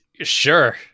Sure